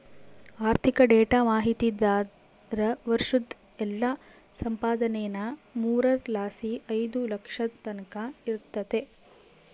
ಆರ್ಥಿಕ ಡೇಟಾ ಮಾಹಿತಿದಾರ್ರ ವರ್ಷುದ್ ಎಲ್ಲಾ ಸಂಪಾದನೇನಾ ಮೂರರ್ ಲಾಸಿ ಐದು ಲಕ್ಷದ್ ತಕನ ಇರ್ತತೆ